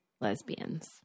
lesbians